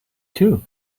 too